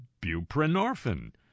Buprenorphine